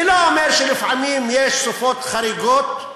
אני לא אומר, לפעמים יש סופות חריגות,